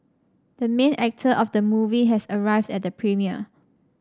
the main actor of the movie has arrived at the premiere